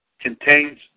contains